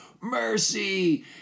mercy